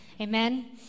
Amen